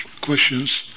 questions